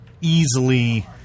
easily